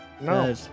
no